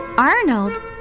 Arnold